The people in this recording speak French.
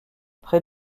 près